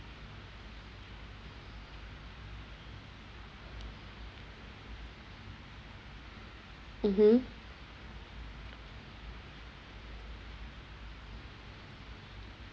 mmhmm